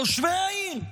תושבי העיר,